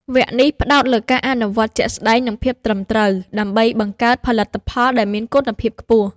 វគ្គនេះផ្តោតលើការអនុវត្តជាក់ស្តែង និងភាពត្រឹមត្រូវ ដើម្បីបង្កើតផលិតផលដែលមានគុណភាពខ្ពស់។